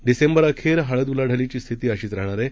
डिसेंबरअखेर हळद उलाढालीची स्थिती अशीच राहणार आहे